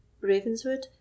Ravenswood